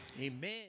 Amen